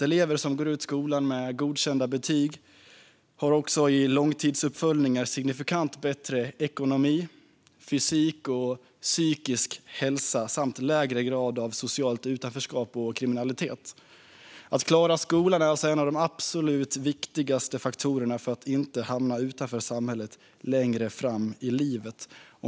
Elever som går ut skolan med godkända betyg har i långtidsuppföljningar signifikant bättre ekonomi och fysisk och psykisk hälsa samt lägre grad av socialt utanförskap och kriminalitet. Att klara skolan är alltså en av de absolut viktigaste faktorerna för att inte hamna utanför samhället längre fram i livet.